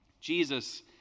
Jesus